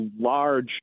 large